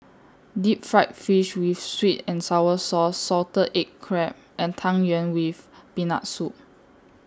Deep Fried Fish with Sweet and Sour Sauce Salted Egg Crab and Tang Yuen with Peanut Soup